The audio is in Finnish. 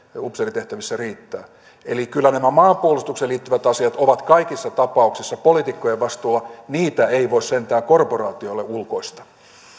upseeritehtävissä riittää eli kyllä nämä maanpuolustukseen liittyvät asiat ovat kaikissa tapauksissa poliitikkojen vastuulla niitä ei voi sentään korporaatioille ulkoistaa